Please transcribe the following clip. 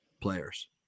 players